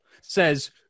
says